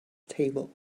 table